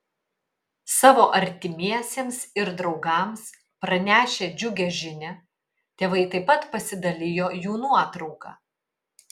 savo artimiesiems ir draugams pranešę džiugią žinią tėvai taip pat pasidalijo jų nuotrauka